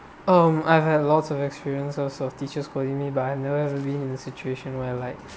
um I've had a lots of experiences of teacher scolding me but I never really been in a situation where like